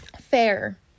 fair